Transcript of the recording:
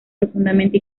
profundamente